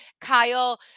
kyle